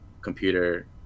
computer